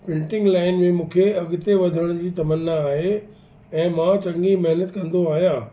printing line में मूंखे अॻिते वधण जी तमन्ना आहे ऐं मां चङी महिनत कंदो आहियां